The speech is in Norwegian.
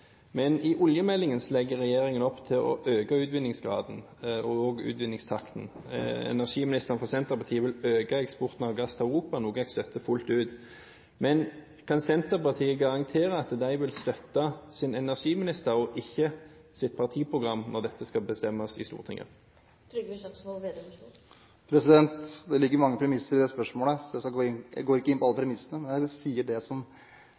Men i oljemeldingen legger regjeringen opp til å øke utvinningsgraden og utvinningstakten. Energiministeren fra Senterpartiet vil øke eksporten av gass til Europa, noe jeg støtter fullt ut. Men kan Senterpartiet garantere at de vil støtte sin energiminister og ikke sitt partiprogram når dette skal bestemmes i Stortinget? Det ligger mange premisser i det spørsmålet. Jeg går ikke inn på alle premissene, men jeg vil si det